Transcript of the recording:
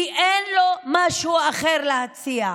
כי אין לו משהו אחר להציע.